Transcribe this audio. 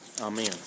Amen